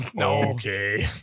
Okay